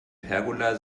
pergola